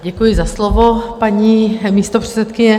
Děkuji za slovo, paní místopředsedkyně.